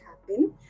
happen